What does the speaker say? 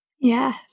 Yes